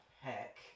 heck